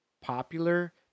popular